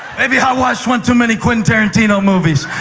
maybe i've watched one too many quentin tarantino movies.